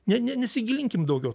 ne ne nesigilinkim daugiau